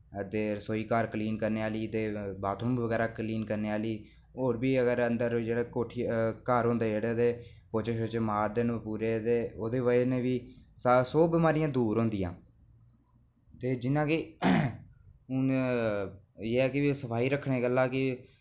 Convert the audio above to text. ते रसोई घर क्लीन करने आह्ली ते बाथरूम बगैरा क्लीन करने आह्ली होर बी अंदर जेह्ड़ा कोठी घर होंदे जेह्ड़े ते पोंछे मारदे न पूरे ते ओह्दी बजह कन्नै बी सौ बमारियां दूर होंदियां ते जि'यां की बून एह् ऐ की सफाई रक्खने गल्ला कि